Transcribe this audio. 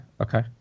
Okay